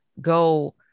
go